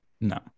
No